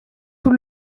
vous